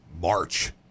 March